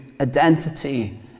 identity